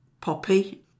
poppy